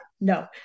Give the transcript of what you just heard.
no